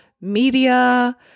media